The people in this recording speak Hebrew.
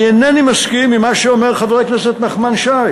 אני אינני מסכים עם מה שאומר חבר הכנסת נחמן שי